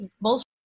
bullshit